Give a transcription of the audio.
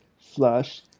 flush